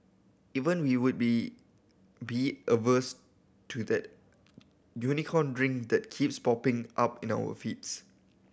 even we would be be averse to that Unicorn Drink that keeps popping up in our feeds